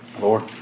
Lord